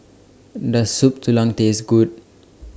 Does Soup Tulang Taste Good